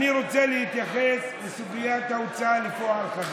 אני רוצה להתייחס לסוגיית ההוצאה לפועל, חברים.